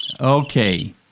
Okay